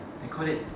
they call it